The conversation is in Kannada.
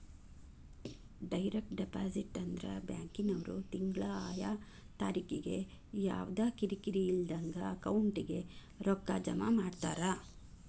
ಡೈರೆಕ್ಟ್ ಡೆಪಾಸಿಟ್ ಅಂದ್ರ ಬ್ಯಾಂಕಿನ್ವ್ರು ತಿಂಗ್ಳಾ ಆಯಾ ತಾರಿಕಿಗೆ ಯವ್ದಾ ಕಿರಿಕಿರಿ ಇಲ್ದಂಗ ಅಕೌಂಟಿಗೆ ರೊಕ್ಕಾ ಜಮಾ ಮಾಡ್ತಾರ